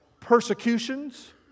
persecutions